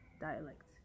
dialect